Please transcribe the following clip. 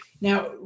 Now